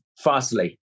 fastly